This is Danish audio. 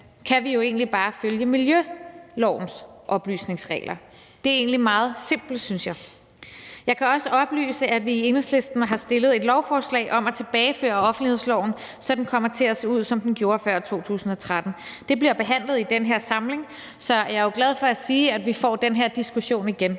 debatten, egentlig bare følge miljølovens oplysningsregler. Det er egentlig meget simpelt, synes jeg. Jeg kan også oplyse, at vi i Enhedslisten har fremsat et lovforslag om at tilbageføre offentlighedsloven, så den kommer til at se ud, som den gjorde før 2013. Det bliver behandlet i den her samling, så jeg er jo glad for at kunne sige, at vi får den her diskussion igen.